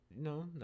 No